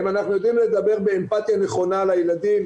האם אנחנו יודעים לדבר באמפתיה נכונה לילדים?